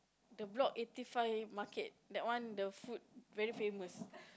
the block eighty five market that one the food very famous